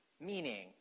Meaning